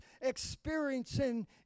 experiencing